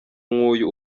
nk’uyu